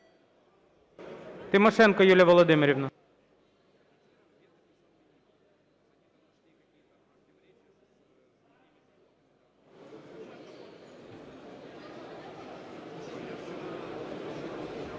Тимошенко Юлія Володимирівна.